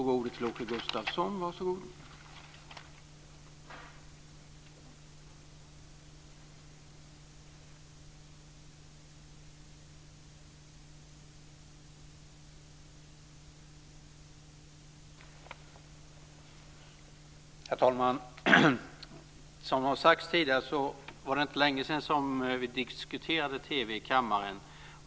Herr talman! Som sagts tidigare var det inte så länge sedan som vi diskuterade TV i kammaren.